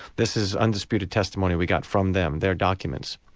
this is undisputed testimony we got from them, their documents.